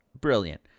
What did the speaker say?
Brilliant